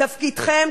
תפקידכם,